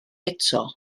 eto